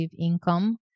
income